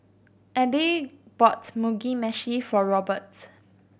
Abe bought Mugi Meshi for Robert